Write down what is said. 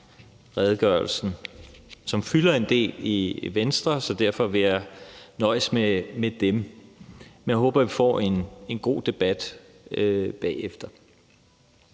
som fylder en del hos Venstre, så derfor vil jeg nøjes med dem. Men jeg håber, vi får en god debat bagefter.